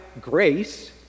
grace